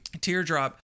teardrop